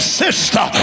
sister